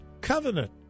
covenant